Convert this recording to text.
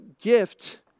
gift